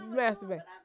masturbate